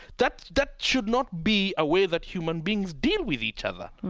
that that should not be a way that human beings deal with each other